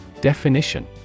Definition